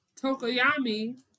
Tokoyami